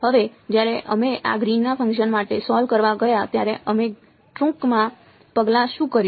હવે જ્યારે અમે આ ગ્રીનના ફંક્શન માટે સોલ્વ કરવા ગયા ત્યારે અમે ટૂંકમાં પગલાં શું કર્યું